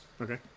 Okay